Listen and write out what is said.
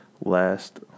last